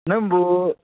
ꯅꯪꯕꯨ